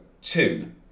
two